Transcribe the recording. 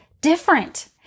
different